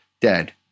Dead